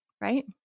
right